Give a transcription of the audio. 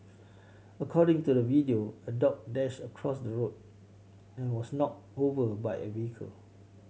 according to the video a dog dashed across the road and was knocked over by a vehicle